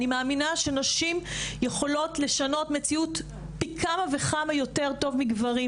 אני מאמינה שנשים יכולות לשנות מציאות פי כמה וכמה יותר טוב מגברים.